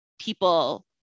people